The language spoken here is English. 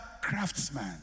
craftsman